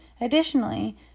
Additionally